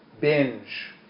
binge